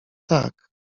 tak